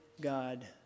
God